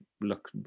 look